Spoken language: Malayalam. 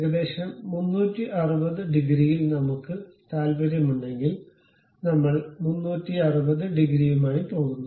ഏകദേശം 360 ഡിഗ്രിയിൽ നമ്മുക്ക് താൽപ്പര്യമുണ്ടെങ്കിൽ നമ്മൾ 360 ഡിഗ്രിയുമായി പോകുന്നു